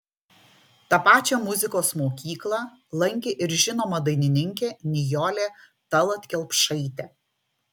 tą pačią muzikos mokyklą lankė ir žinoma dainininkė nijolė tallat kelpšaitė